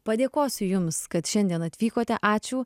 padėkosiu jums kad šiandien atvykote ačiū